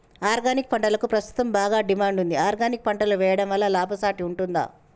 Organic పంటలకు ప్రస్తుతం బాగా డిమాండ్ ఉంది ఆర్గానిక్ పంటలు వేయడం వల్ల లాభసాటి ఉంటుందా?